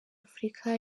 afurika